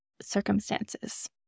circumstances